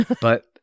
but-